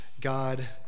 God